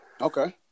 Okay